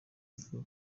avuga